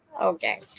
Okay